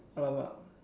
!alamak!